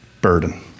burden